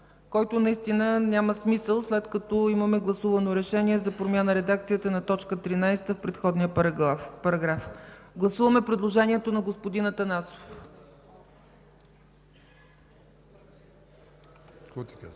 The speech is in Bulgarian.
който наистина няма смисъл, след като имаме гласувано решение за промяна на редакцията на т. 13 в предходния параграф. Моля, гласувайте предложението на господин Атанасов. Гласували